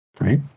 right